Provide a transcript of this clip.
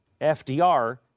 FDR